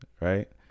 right